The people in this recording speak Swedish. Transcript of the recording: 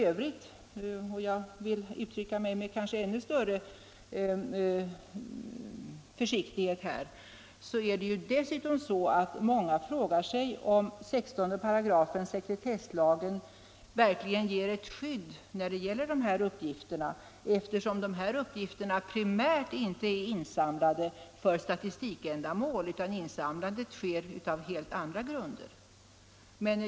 Dessutom — och där vill jag uttrycka mig med ännu större försiktighet — frågar sig många om 16 § sekretesslagen ger något verkligt skydd, när uppgifterna primärt inte är insamlade för statistikändamål utan insamlandet har gjorts på helt andra grunder.